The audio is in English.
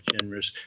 generous